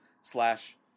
slash